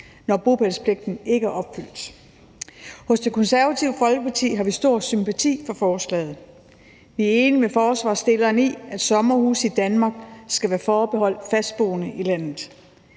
når bopælspligten ikke er opfyldt. Hos Det Konservative Folkeparti har vi stor sympati for forslaget. Vi er enige med forslagsstillerne i, at sommerhuse i Danmark skal være forbeholdt fastboende i landet.